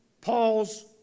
Paul's